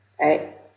right